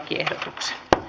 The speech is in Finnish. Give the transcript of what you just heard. lakiehdotuksen